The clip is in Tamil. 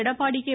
எடப்பாடி கே